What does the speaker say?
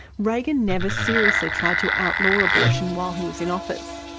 reagan never seriously tried to outlaw abortion while he was in office.